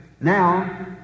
Now